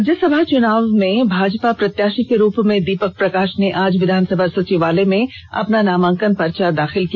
राज्यसभा चुनाव में भाजपा प्रत्याषी के रूप में दीपक प्रकाष ने आज विधानसभा सचिवालय में अपना नामांकन पर्चा दाखिल किया